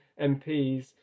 MPs